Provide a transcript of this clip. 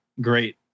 great